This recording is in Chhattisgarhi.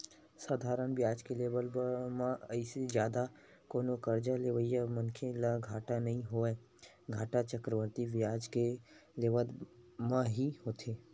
साधारन बियाज के लेवब म अइसे जादा कोनो करजा लेवइया मनखे ल घाटा नइ होवय, घाटा चक्रबृद्धि बियाज के लेवब म ही होथे